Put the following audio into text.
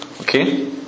okay